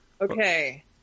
Okay